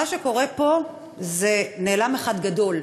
מה שקורה פה זה נעלם אחד גדול,